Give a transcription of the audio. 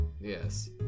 Yes